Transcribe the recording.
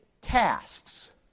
tasks